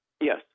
Yes